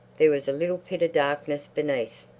there was a little pit of darkness beneath.